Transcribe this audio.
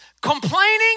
Complaining